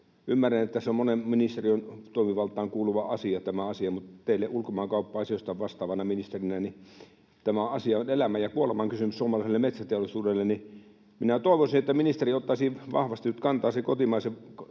Ymmärrän, että tämä on monen ministeriön toimivaltaan kuuluva asia, mutta myös teille ulkomaankauppa-asioista vastaavana ministerinä. Tämä asia on elämän ja kuoleman kysymys suomalaiselle metsäteollisuudelle, ja minä toivoisin, että ministeri ottaisi vahvasti nyt kantaa sen kotimaisen